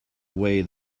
way